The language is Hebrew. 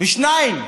בשניים.